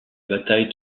bataille